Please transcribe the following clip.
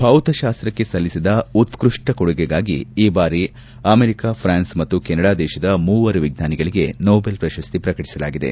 ಭೌತಶಾಸ್ತಕ್ಷೆ ಸಲ್ಲಿಸಿದ ಉತ್ಪಷ್ಟ ಕೊಡುಗೆಗಾಗಿ ಈ ಬಾರಿ ಅಮೆರಿಕ ಫ್ರಾನ್ಸ್ ಮತ್ತು ಕೆನಡಾ ದೇಶದ ಮೂವರು ವಿಜ್ಞಾನಿಗಳಿಗೆ ನೊಬೆಲ್ ಪ್ರಶಸ್ತಿ ಪ್ರಕಟಿಸಲಾಗಿದೆ